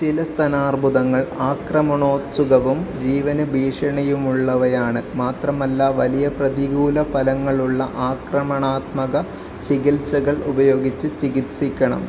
ചില സ്തനാർബുദങ്ങൾ ആക്രമണോത്സുകവും ജീവന് ഭീഷണിയുമുള്ളവയാണ് മാത്രമല്ല വലിയ പ്രതികൂല ഫലങ്ങളുള്ള ആക്രമണാത്മക ചികിത്സകൾ ഉപയോഗിച്ച് ചികിത്സിക്കണം